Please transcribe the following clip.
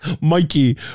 Mikey